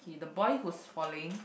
okay the boy who's falling